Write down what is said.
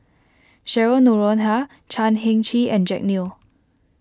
Cheryl Noronha Chan Heng Chee and Jack Neo